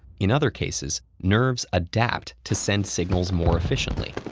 in other cases, nerves adapt to send signals more efficiently,